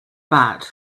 bad